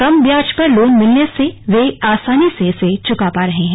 कम ब्याज पर लोन मिलने से वो इसे आसानी से चुका पा रहे हैं